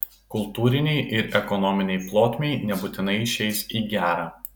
kultūrinei ir ekonominei plotmei nebūtinai išeis į gerą